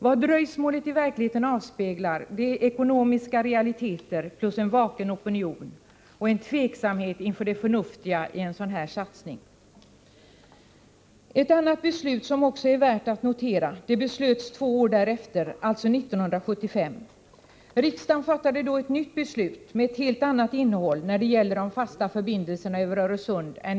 Vad dröjsmålet i verkligheten avspeglar är ekonomiska realiteter plus en vaken opinion samt en tveksamhet inför det förnuftiga i en sådan här satsning. Ett annat beslut som också är värt att notera kom två år därefter, alltså 1975. Riksdagen fattade då ett nytt beslut med ett helt annat innehåll när det gäller de fasta förbindelserna över Öresund.